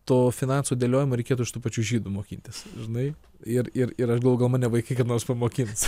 to finansų dėliojimo reikėtų iš tų pačių žydų mokintis žinai ir ir ir aš galvoju gal mane vaikai kada nors pamokins